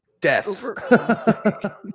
Death